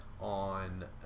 on